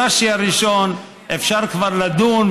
ברש"י הראשון, אפשר כבר לדון.